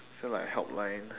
is there like a help line